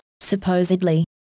supposedly